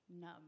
numb